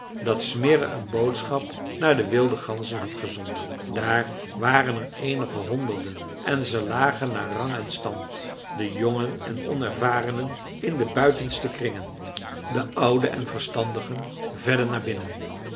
dat smirre een boodschap naar de wilde ganzen had gezonden daar waren er eenige honderden en ze lagen naar rang en stand de jongen en onervarenen in de buitenste kringen de ouden en verstandigen verder naar binnen